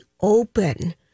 open